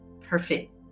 perfect